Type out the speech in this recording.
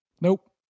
Nope